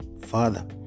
father